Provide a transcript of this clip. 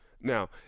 Now